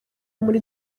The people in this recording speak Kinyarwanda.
muri